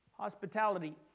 hospitality